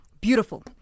Beautiful